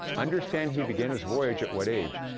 understand he began his voyage at what age?